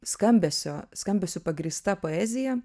skambesio skambesiu pagrįsta poezija